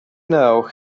know